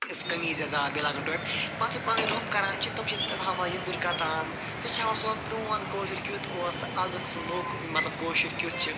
أسۍ قمیٖص یزار بییٚہِ لاگان ٹوپہِ پتہٕ چھِ پانہِ وٲنۍ روٚف کران چھِ تِم چھِ تتیٚتھ ہاوان یندٕر کتان سُہ چھُ ہاوان سون پرٛیٛون کٲشُر کیٛتھ اوس تہٕ آزک سُہ نوٚو مطلب کٲشُر کیٛتھ چھُ